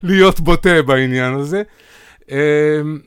להיות בוטה בעניין הזה